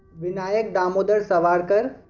vinayak damodar savarkar,